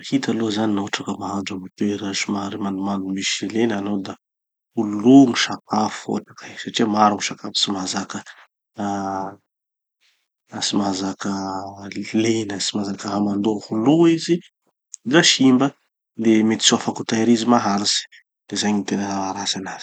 Hita aloha zany no hotraky mahandro amy toera somary mandomando misy lena hanao da ho lo gny sakafo amizay satria maro gny sakafo tsy mahazaka ah tsy mahazaka le lena tsy mahazaka hamandoa. Ho lo izy no simba, de mety tsy ho afaky tahirizy maharitsy. De zay gny tena maha ratsy anazy.